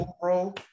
bro